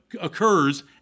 occurs